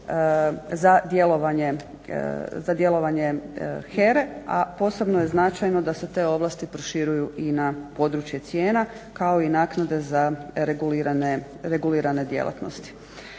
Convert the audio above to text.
za djelovanje HERA-e, a posebno je značajno da se te ovlasti proširuju i na područje cijena kao i naknada za regulirane djelatnosti.